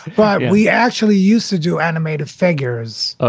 but we actually used to do animated figures. oh,